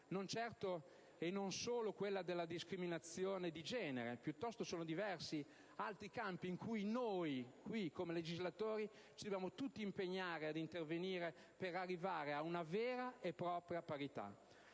Non certo, o non solo, la discriminazione di genere: piuttosto, sono diversi altri campi in cui noi come legislatori dovremmo impegnarci ad intervenire per arrivare ad una vera e propria parità.